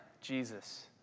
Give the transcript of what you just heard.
Jesus